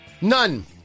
None